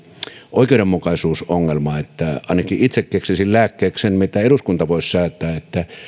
oikeudenmukaisuusongelma ainakin itse keksisin lääkkeeksi sen mitä eduskunta voisi säätää että